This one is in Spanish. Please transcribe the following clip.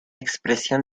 expresión